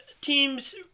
teams